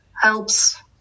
helps